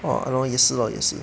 !wah! !hannor! 也是 hor 也是